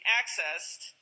accessed